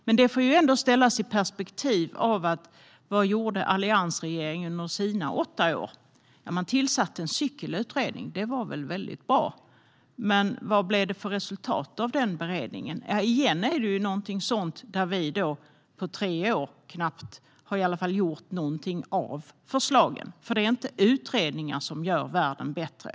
Men det får ändå ställas i perspektiv till vad alliansregeringen gjorde under sina åtta år vid makten. Man tillsatte en cykelutredning. Det var väl bra. Men vad blev det för resultat av den beredningen? Under våra tre år har vi knappt genomfört något av de förslagen. Det är inte utredningar som gör världen bättre.